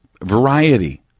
variety